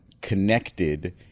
connected